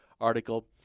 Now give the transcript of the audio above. article